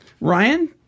ryan